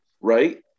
Right